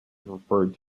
referred